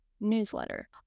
newsletter